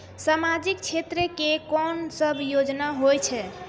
समाजिक क्षेत्र के कोन सब योजना होय छै?